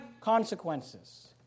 consequences